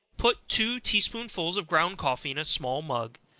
put two tea-spoonsful of ground coffee in a small mug,